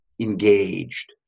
engaged